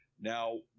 Now